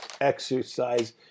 exercise